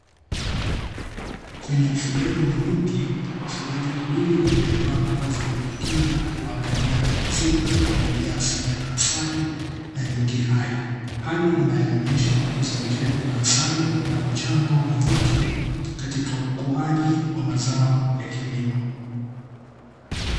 Kwenye ufugaji wa nyuki wafugaji wawili waliyovaa mavazi ya kujikinga kuangalia mzinga uliyojaa sega la asali na nyuki hai, hali inayoonyesha uzalishaji wa asali na mchango wa nyuki katika ukuaji wa mazao ya kilimo.